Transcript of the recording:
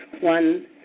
one